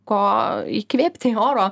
ko įkvėpti oro